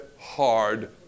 hard